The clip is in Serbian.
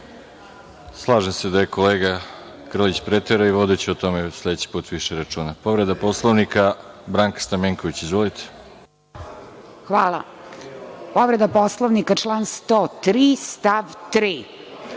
Slažem se da je kolega Krlić preterao i vodiću o tome sledeći put više računa. Povreda Poslovnika, Branka Stamenković. **Branka Stamenković** Povreda Poslovnika, član 103. stav 3.